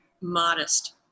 modest